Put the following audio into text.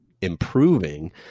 improving